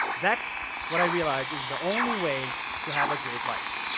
that's what i realized is the only way to have a great life.